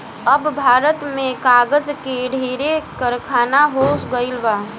अब भारत में कागज के ढेरे कारखाना हो गइल बा